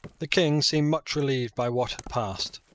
the king seemed much relieved by what had passed.